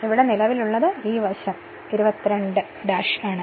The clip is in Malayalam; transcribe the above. ഇവിടെ നിലവിലുള്ളത് ഈ വശം 22 ആണ്